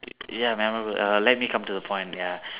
ya memorable err let me come to the point ya